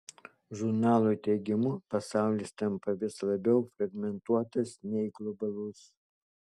žurnalo teigimu pasaulis tampa vis labiau fragmentuotas nei globalus